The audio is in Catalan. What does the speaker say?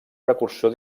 precursor